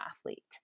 athlete